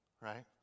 right